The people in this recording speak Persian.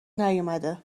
نیومده